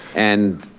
and